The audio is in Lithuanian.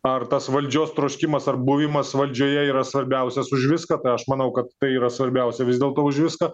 ar tas valdžios troškimas ar buvimas valdžioje yra svarbiausias už viską tai aš manau kad tai yra svarbiausia vis dėlto už viską